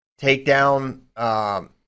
takedown